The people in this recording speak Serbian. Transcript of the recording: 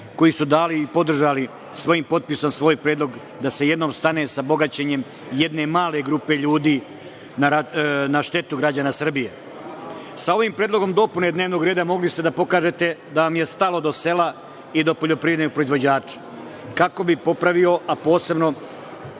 koji su dali i podržali svojim potpisom da se jednom stane sa bogaćenjem jedne male grupe ljudi na štetu građana Srbije. Sa ovim predlogom dopune dnevnog reda mogli ste da pokažete da vam je stalo do sela i do poljoprivrednih proizvođača, kako bi popravio posebno